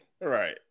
Right